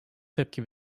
tepki